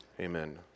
amen